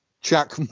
Jack